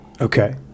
okay